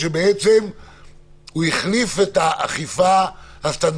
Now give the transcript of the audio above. שבעה ימים קטן על הוועדה שלנו.